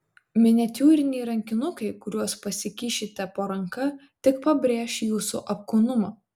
miniatiūriniai rankinukai kuriuos pasikišite po ranka tik pabrėš jūsų apkūnumą